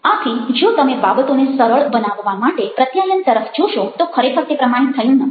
આથી જો તમે બાબતોને સરળ બનાવવા માટે પ્રત્યાયન તરફ જોશો તો ખરેખર તે પ્રમાણે થયું નથી